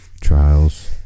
trials